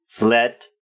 Let